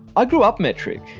ah grew up metric.